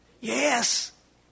Yes